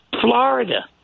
Florida